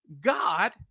God